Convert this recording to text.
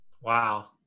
Wow